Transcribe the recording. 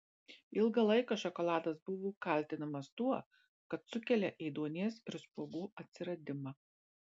ilgą laiką šokoladas buvo kaltinamas tuo kad sukelia ėduonies ir spuogų atsiradimą